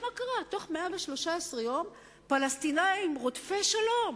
תראה מה קרה: בתוך 113 יום, הפלסטינים רודפי שלום,